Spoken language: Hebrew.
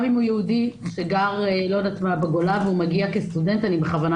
גם אם הוא יהודי שגר בגולה והוא מגיע כסטודנט אני בכוונה